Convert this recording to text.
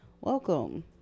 Welcome